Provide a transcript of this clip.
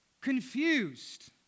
confused